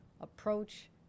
approach